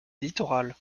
littorale